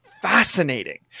fascinating